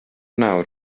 nawr